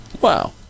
Wow